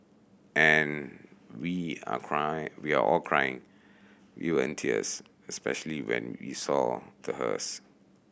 and we are cry we are all crying we were in tears especially when we saw the hearse